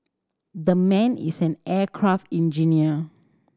the man is an aircraft